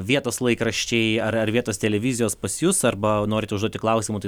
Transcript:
vietos laikraščiai ar ar vietos televizijos pas jus arba norite užduoti klausimų tai